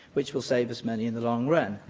which will save us money in the long run.